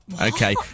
Okay